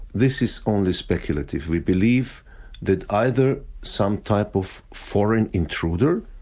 this is only speculative we believe that either some type of foreign intruder,